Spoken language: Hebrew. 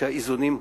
שהאיזונים הופרו.